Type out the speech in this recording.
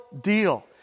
deal